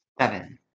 Seven